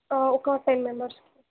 ఒక టెన్ మెంబర్స్కి